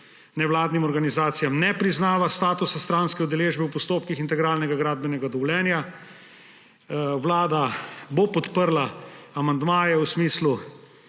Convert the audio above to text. nevladnim organizacijam ne priznava statusa stranske udeležbe v postopkih integralnega gradbenega dovoljenja. Vlada bo podprla amandmaje v smislu,